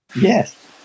Yes